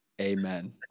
Amen